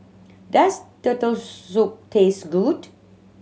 does Turtle Soup taste good